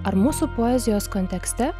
ar mūsų poezijos kontekste